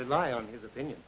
rely on his opinion